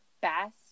best